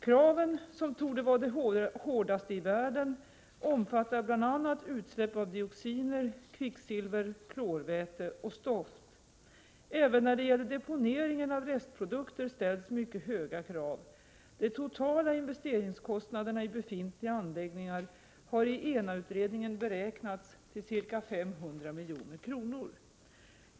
Kraven, som torde vara de hårdaste i världen, omfattar bl.a. utsläpp av dioxiner, kvicksilver, klorväte och stoft. Även när det gäller deponeringen av restprodukter ställs mycket höga krav. De totala investeringskostnaderna i befintliga anläggningar har i ENA-utredningen beräknats till ca 500 milj.kr.